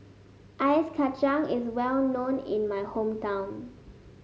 Ice Kachang is well known in my hometown